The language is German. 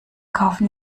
kaufen